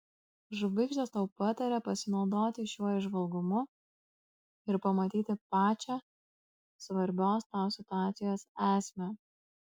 žvaigždės tau pataria pasinaudoti šiuo įžvalgumu ir pamatyti pačią svarbios tau situacijos esmę